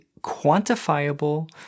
quantifiable